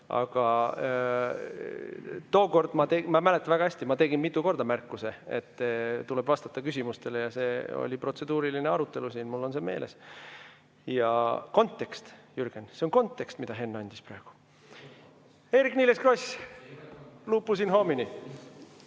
Aga tookord, ma mäletan väga hästi, ma tegin mitu korda märkuse, et tuleb vastata küsimustele, ja see oli protseduuriline arutelu siin. Mul on meeles. Ja kontekst, Jürgen! See on kontekst, mida Henn andis siin praegu. Eerik-Niiles Kross, lupus in homini.